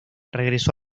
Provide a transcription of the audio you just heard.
regresó